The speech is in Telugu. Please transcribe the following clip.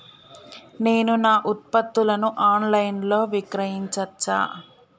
నేను నా ఉత్పత్తులను ఆన్ లైన్ లో విక్రయించచ్చా?